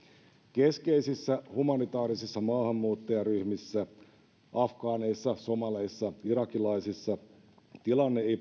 keskeisissä humanitaarisissa maahanmuuttajaryhmissä afgaaneissa somaleissa ja irakilaisissa tilanne ei